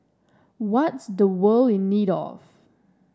what is the world in need of